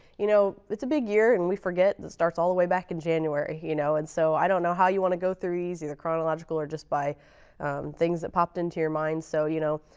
you know, it's a big year, and we forget it starts all the way back in january, you know. and so, i don't know how you want to go through these, either chronological or just by things that popped into your mind. so, you know,